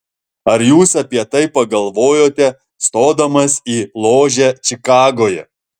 ar jūs apie tai pagalvojote stodamas į ložę čikagoje